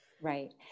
Right